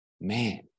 Man